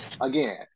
again